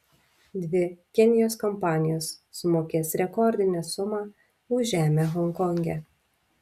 dvi kinijos kompanijos sumokės rekordinę sumą už žemę honkonge